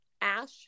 ash